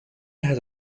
has